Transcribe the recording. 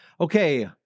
Okay